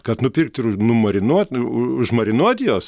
kad nupirkt ir numarinuot užmarinuot juos